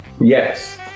Yes